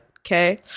Okay